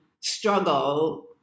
struggle